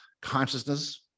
consciousness